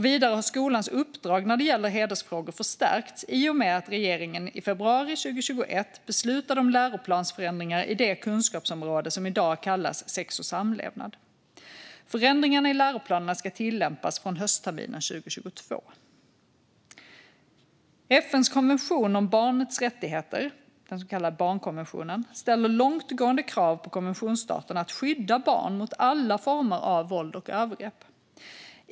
Vidare har skolans uppdrag när det gäller hedersfrågor förstärkts i och med att regeringen i februari 2021 beslutade om läroplansförändringar i det kunskapsområde som i dag kallas sex och samlevnad. Förändringarna i läroplanerna ska tillämpas från höstterminen 2022. FN:s konvention om barnets rättigheter, den så kallade barnkonventionen, ställer långtgående krav på konventionsstaterna att skydda barn mot alla former av våld och övergrepp.